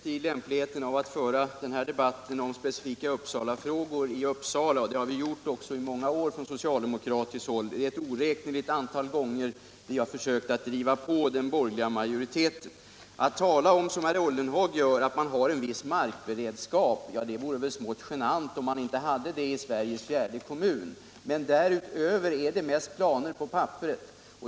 Herr talman! Jag kan ge herr Ullenhag rätt vad gäller lämpligheten av att föra debatten om specifika uppsalafrågor i Uppsala. Detta har vi också gjort i många år. Det är ett oräkneligt antal gånger som vi socialdemokrater har försökt driva på den borgerliga majoriteten i kommunen. Herr Ullenhag talar om att man har en viss markberedskap. Ja, det vore väl smått genant om man inte hade det i Sveriges i storleksordning fjärde kommun. Men därutöver är det mest planer på papperet.